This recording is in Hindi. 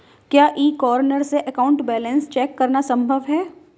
क्या ई कॉर्नर से अकाउंट बैलेंस चेक करना संभव है?